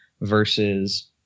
versus